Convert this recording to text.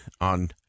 on